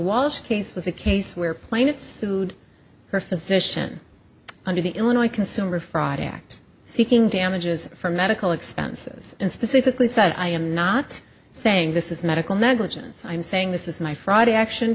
walsh case was a case where plaintiff sued her physician under the illinois consumer fraud act seeking damages for medical expenses and specifically said i am not saying this is medical negligence i'm saying this is my friday action